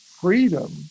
freedom